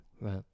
Right